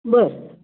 बरं